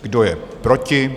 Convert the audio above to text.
Kdo je proti?